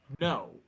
no